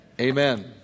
Amen